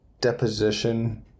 deposition